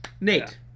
Nate